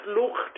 look